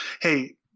hey